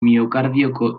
miokardioko